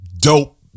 dope